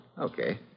okay